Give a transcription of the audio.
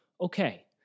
okay